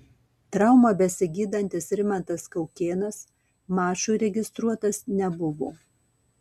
traumą besigydantis rimantas kaukėnas mačui registruotas nebuvo